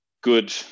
good